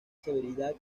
severidad